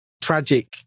tragic